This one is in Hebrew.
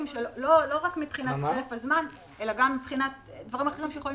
שלא רק מבחינת חלף הזמן אלא גם מבחינת דברים אחרים שיכולים